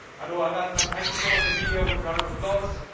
anu aga, um and thank you so much for being here. a round of applause.